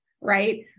right